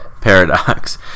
paradox